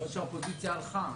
אני רואה שהאופוזיציה הלכה.